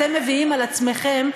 שאתם מביאים על עצמכם,